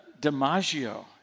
DiMaggio